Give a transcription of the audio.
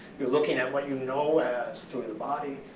you're looking at what you know as through the body.